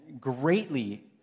greatly